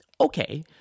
Okay